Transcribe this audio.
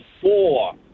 four